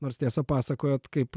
nors tiesa pasakojot kaip